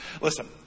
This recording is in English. Listen